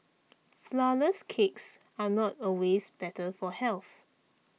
Flourless Cakes are not always better for health